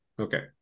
Okay